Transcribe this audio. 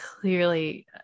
clearly